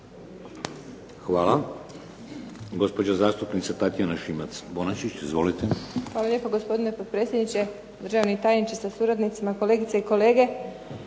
Hvala. Gospođa zastupnica Tatjana Šimac Bonačić, izvolite. **Šimac Bonačić, Tatjana (SDP)** Hvala lijepo gospodine potpredsjedniče, državni tajniče sa suradnicima, kolegice i kolege.